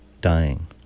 dying